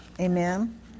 Amen